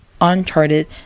uncharted